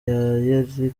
yayeli